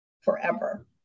forever